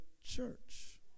church